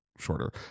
shorter